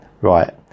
Right